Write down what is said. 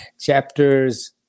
Chapters